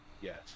Yes